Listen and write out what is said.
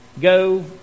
Go